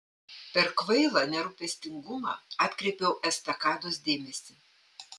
per kvailą nerūpestingumą atkreipiau estakados dėmesį